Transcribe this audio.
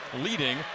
leading